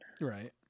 right